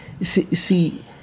See